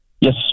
Yes